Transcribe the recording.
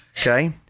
okay